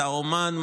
אתה אומן?